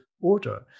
order